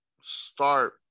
start